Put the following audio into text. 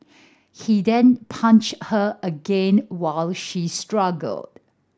he then punched her again while she struggled